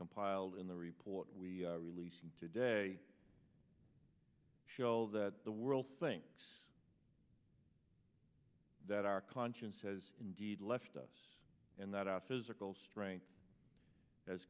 compiled in the report we released today show that the world thinks that our conscience has indeed left us and that our physical strength has